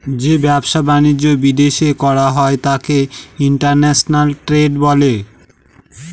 যে ব্যবসা বাণিজ্য বিদেশ করা হয় তাকে ইন্টারন্যাশনাল ট্রেড বলে